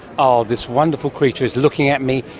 aw, this wonderful creature is looking at me,